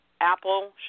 apple